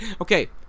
Okay